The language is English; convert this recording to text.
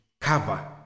cover